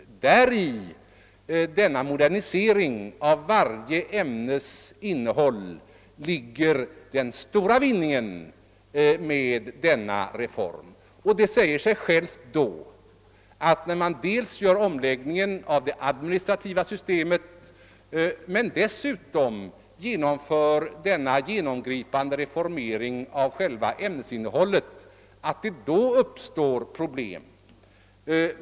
I denna modernisering av varje ämnes innehåll ligger den stora vinningen med denna reform. Det säger sig självt att det när man dels gör en omläggning av det administrativa systemet, dels genomför denna genomgripande reformering av själva ämnesinnehållet uppstår problem.